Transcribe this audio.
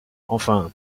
enfin